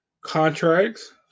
contracts